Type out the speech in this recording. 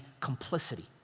complicity